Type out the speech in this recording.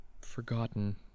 Forgotten